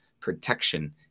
protection